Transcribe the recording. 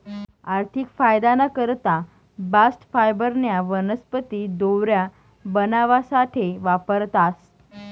आर्थिक फायदाना करता बास्ट फायबरन्या वनस्पती दोऱ्या बनावासाठे वापरतास